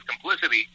complicity